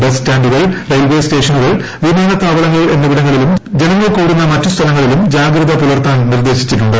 bus സ്റ്റാന്റുകൾ railway സ്റ്റേഷനുകൾ വിമാനത്താവളങ്ങൾ എന്നി വിടങ്ങളിലും ജനങ്ങൾ കൂടുന്ന മറ്റ് സ്ഥലങ്ങളിലും ജാഗ്രത പുലർത്താൻ നിർദ്ദേശിച്ചിട്ടുണ്ട്